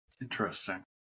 Interesting